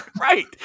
right